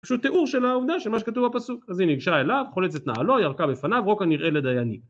פשוט תיאור של העובדה, של מה שכתוב בפסוק. אז הנה היא ניגשה אליו, חולצת נעלו, ירקה בפניו רוק הנראה לדיינים